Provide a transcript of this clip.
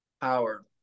power